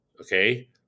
Okay